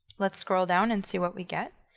let's scroll down and see what we get.